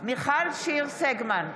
מיכל שיר סגמן,